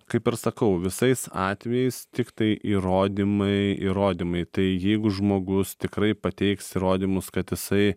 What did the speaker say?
kaip ir sakau visais atvejais tiktai įrodymai įrodymai tai jeigu žmogus tikrai pateiks įrodymus kad jisai